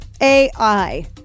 AI